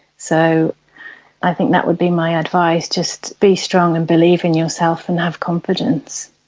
so i think that would be my advice, just be strong and believe in yourself and have confidence.